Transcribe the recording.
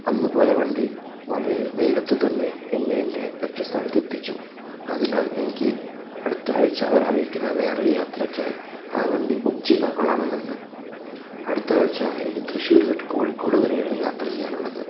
അന്ന് പോയ വണ്ടി വളരെ വേഗത്തിൽ തന്നെ എന്നെ എൻ്റെ ലക്ഷ്യസ്ഥാനത്തെത്തിച്ചു അതിനാൽ എനിക്ക് അടുത്തയാഴ്ച വരാനിരിക്കുന്ന വേറൊരു യാത്രയ്ക്കായി ആ വണ്ടി ബുക്ക് ചെയ്താൽ കൊള്ളാമെന്നുണ്ട് അടുത്ത ആഴ്ച എനിക്ക് തൃശൂർ തൊട്ട് കോഴിക്കോട് വരെയാണ് യാത്ര ചെയ്യാനുള്ളത്